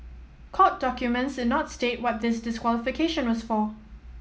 court documents did not state what this disqualification was for